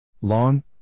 long